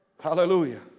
Hallelujah